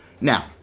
Now